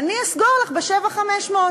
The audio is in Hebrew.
אני אסגור לך ב-7,500.